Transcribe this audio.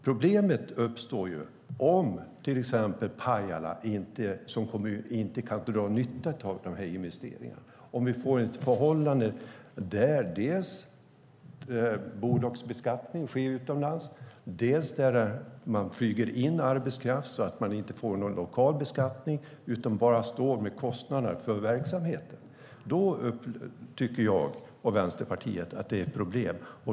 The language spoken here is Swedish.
Problem uppstår om till exempel Pajala kommun inte kan dra nytta av investeringarna, om vi får ett förhållande där bolagsbeskattning sker utomlands och man flyger in arbetskraft så att det inte blir någon lokal beskattning utan kommunen bara står med kostnader för verksamheten.